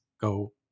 go